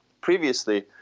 Previously